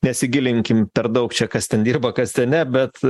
nesigilinkim per daug čia kas ten dirba kas ten ne bet